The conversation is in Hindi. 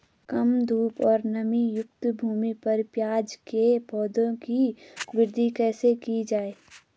कम धूप और नमीयुक्त भूमि पर प्याज़ के पौधों की वृद्धि कैसे की जाए?